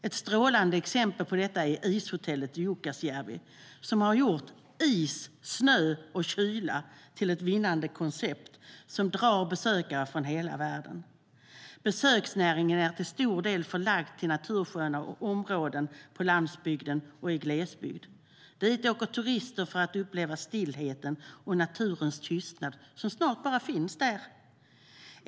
Ett strålande exempel på detta är ishotellet i Jukkasjärvi, som har gjort is, snö och kyla till ett vinnande koncept som drar besökare från hela världen. Besöksnäringen är till stor del förlagd till natursköna områden på landsbygden och i glesbygd. Dit åker turister för att uppleva stillheten och naturens tystnad, som snart bara finns där.